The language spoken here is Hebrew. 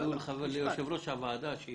שתודו ליושב ראש הוועדה...